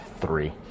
three